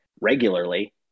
regularly